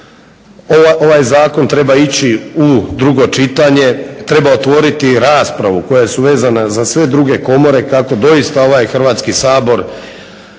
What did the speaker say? ovaj zakon treba ići u drugo čitanje, treba otvoriti rasprave koje su vezane za sve druge komore kako doista ovaj Hrvatski sabor